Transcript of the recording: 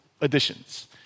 additions